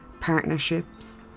partnerships